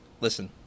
listen